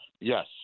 yes